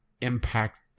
impact